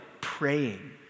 praying